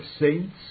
saints